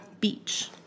beach